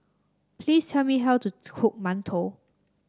please tell me how to cook Mantou